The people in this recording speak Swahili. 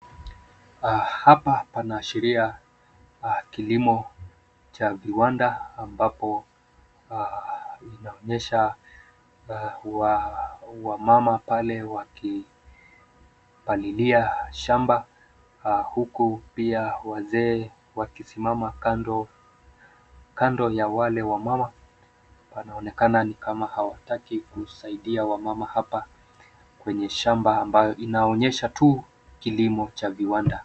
Hapa pana ashiria kilimo cha viwanda ambapo inaonyesha wamama pale wakipalilia shamba huku pia wazee wakisimama kando ya wale wamama. Panaonekana ni kama hawataki kusaidia wamama hapa kwenye shamba ambayo inaonyesha tu kilimo cha viwanda.